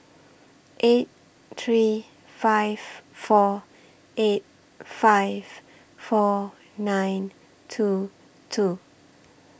eight three five four eight five four nine two two